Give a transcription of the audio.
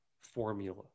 formula